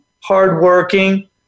hardworking